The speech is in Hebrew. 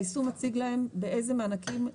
היישום מציג להם באיזה מענקים,